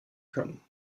können